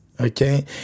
Okay